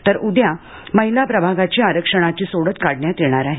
तर उद्या महिला प्रभागाची आरक्षणाची सोडत काढण्यात येणार आहे